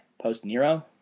post-Nero